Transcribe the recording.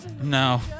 No